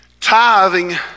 tithing